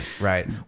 right